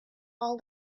all